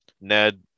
Ned